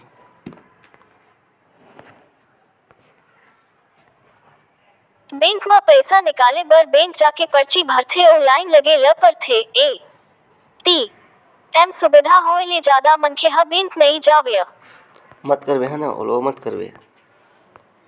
bank म पइसा निकाले बर बेंक जाके परची भरथे अउ लाइन लगे ल परथे, ए.टी.एम सुबिधा होय ले जादा मनखे ह बेंक नइ जावय